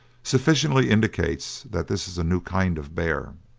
sufficiently indicates that this is a new kind of bear.